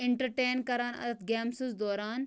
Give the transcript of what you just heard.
entertain کَران اَتھ گیمسَس دوران